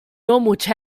most